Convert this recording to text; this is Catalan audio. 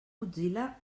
mozilla